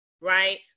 right